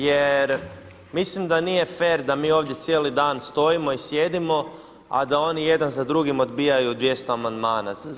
Jer mislim da nije fer da mi ovdje cijeli dan stojimo i sjedimo, a da oni jedan za drugim odbijaju 200 amandmana.